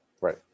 right